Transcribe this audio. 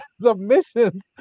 submissions